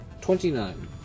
Twenty-nine